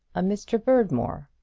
a mr. berdmore!